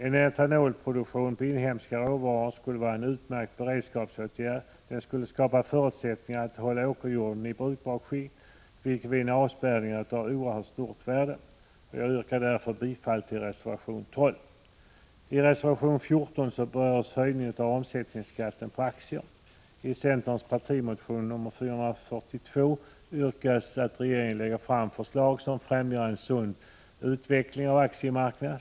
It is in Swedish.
En etanolproduktion på inhemska råvaror skulle vara en utmärkt beredskapsåtgärd; den skulle skapa förutsättningar att hålla åkerjorden i brukbart skick, vilket vid en avspärrning är av oerhört stort värde. Jag yrkar därför bifall till reservation 12. I reservation 14 berörs höjningen av omsättningsskatten på aktier. I centerns partimotion nr 442 yrkas att regeringen lägger fram förslag som främjar en sund utveckling av aktiemarknaden.